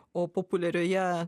o populiarioje